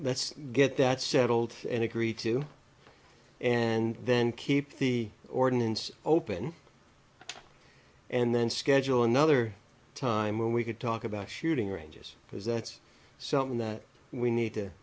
let's get that settled and agree to and then keep the ordinance open and then schedule another time when we could talk about shooting ranges because that's something that we need to